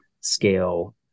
scale